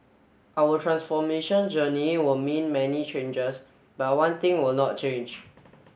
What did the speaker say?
our transformation journey will mean many changes but one thing will not change